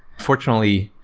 fortunately,